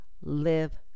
live